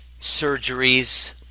surgeries